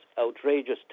outrageous